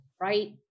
right